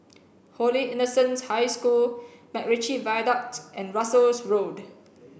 Holy Innocents' High School MacRitchie Viaduct and Russels Road